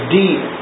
deep